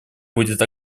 будет